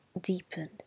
deepened